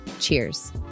cheers